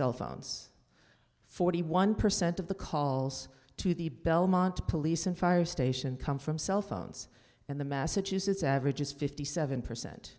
cell phones forty one percent of the calls to the belmont police and fire station come from cell phones and the massachusetts average is fifty seven percent